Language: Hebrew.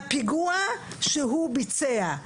הפיגוע שהוא ביצע.